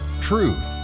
TRUTH